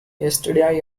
yesterday